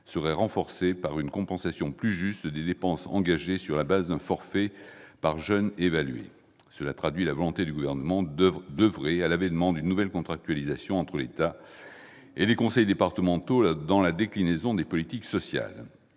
serait renforcé par une compensation plus juste des dépenses engagées, sur la base d'un forfait calculé par jeune évalué. Pour reprendre vos propos, cela « traduit la volonté du Gouvernement d'oeuvrer à l'avènement d'une nouvelle contractualisation entre l'État et les conseils départementaux dans la déclinaison des politiques sociales.